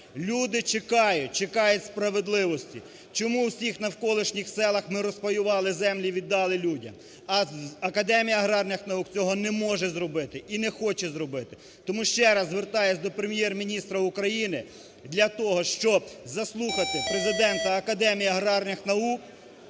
люди чекають, чекають справедливості. Чому у всіх навколишніх селах ми розпаювали землі і віддали людям, а Академія аграрних наук цього не може зробити і не хоче зробити. Тому ще раз звертаюсь до Прем'єр-міністра України для того, щоб заслухати президента Академії аграрних наук,